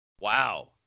Wow